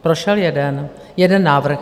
Prošel jeden, jeden návrh.